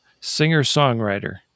singer-songwriter